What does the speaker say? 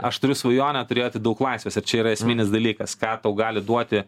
aš turiu svajonę turėti daug laisvės ir čia yra esminis dalykas ką tau gali duoti